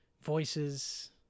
voices